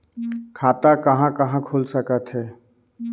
खाता कहा कहा खुल सकथे?